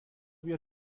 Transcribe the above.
بیا